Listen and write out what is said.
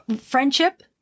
friendship